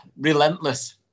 relentless